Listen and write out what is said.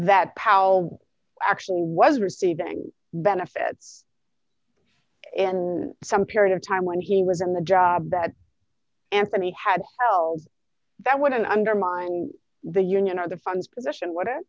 that powell actual was receiving benefits and some period of time when he was in the job that anthony had that would undermine the union or the funds position whatever